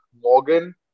Morgan